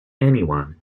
anyone